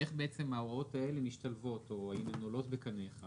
איך ההוראות האלה משתלבות או האם הן עולות בקנה אחד?